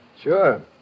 Sure